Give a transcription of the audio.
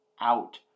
out